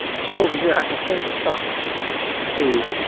so over here i can change the stock to